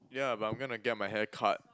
yeah but I'm gonna get my hair cut